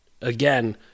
again